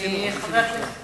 חבר הכנסת פינס.